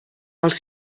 els